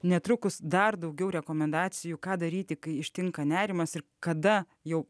netrukus dar daugiau rekomendacijų ką daryti kai ištinka nerimas ir kada jau